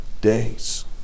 days